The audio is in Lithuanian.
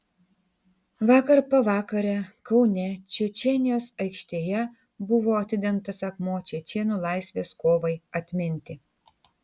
vakar pavakare kaune čečėnijos aikštėje buvo atidengtas akmuo čečėnų laisvės kovai atminti